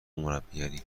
مربیگری